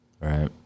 Right